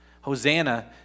Hosanna